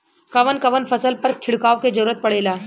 कवन कवन फसल पर छिड़काव के जरूरत पड़ेला?